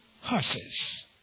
horses